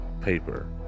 paper